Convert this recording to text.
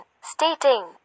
stating